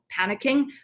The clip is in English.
panicking